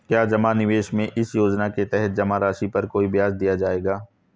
क्या जमा निवेश में इस योजना के तहत जमा राशि पर कोई ब्याज दिया जाएगा?